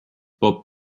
bob